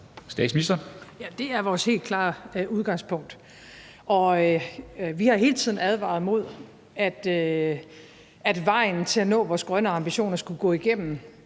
Frederiksen): Ja, det er vores helt klare udgangspunkt. Vi har hele tiden advaret imod, at vejen til at nå vores grønne ambitioner skulle gå igennem